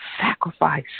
sacrifice